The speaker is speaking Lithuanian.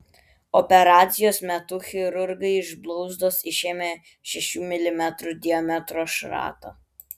operacijos metu chirurgai iš blauzdos išėmė šešių milimetrų diametro šratą